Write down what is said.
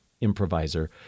improviser